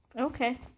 Okay